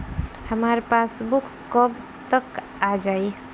हमार पासबूक कब तक आ जाई?